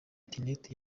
internet